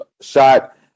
shot